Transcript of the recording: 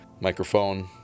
microphone